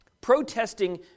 protesting